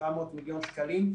700 מיליון שקלים,